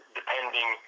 depending